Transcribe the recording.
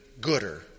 gooder